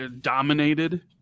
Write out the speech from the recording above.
dominated